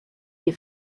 des